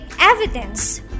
evidence